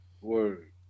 Word